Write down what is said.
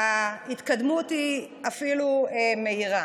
ההתקדמות היא אפילו מהירה.